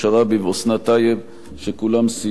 שכולם סייעו במלאכת הכנת החוק.